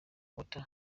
walter